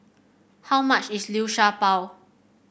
how much is Liu Sha Bao